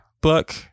book